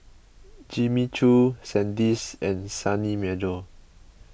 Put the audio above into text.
Jimmy Choo Sandisk and Sunny Meadow